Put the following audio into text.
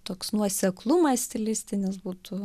toks nuoseklumas stilistinis būtų